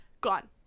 gone